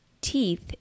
teeth